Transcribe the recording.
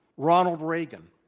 ronald reagan.